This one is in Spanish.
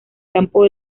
campo